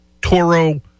Toro